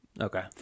Okay